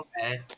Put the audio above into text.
Okay